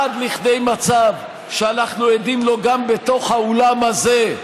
עד כדי מצב שאנחנו עדים לו גם בתוך האולם הזה,